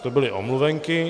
To byly omluvenky.